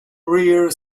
rear